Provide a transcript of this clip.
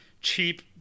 cheap